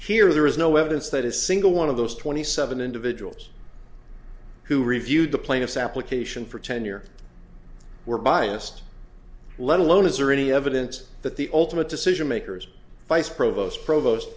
here there is no evidence that a single one of those twenty seven individuals who reviewed the plaintiff's application for tenure we're biased let alone is there any evidence that the ultimate decision makers vice provost provost